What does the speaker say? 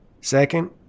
Second